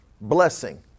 blessing